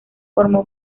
formó